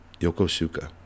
Yokosuka